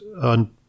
on